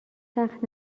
سخت